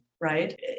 right